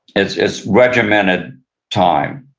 it's it's regimented time.